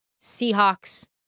Seahawks